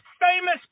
famous